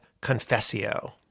Confessio